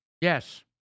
Yes